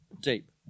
deep